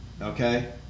okay